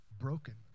broken